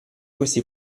questi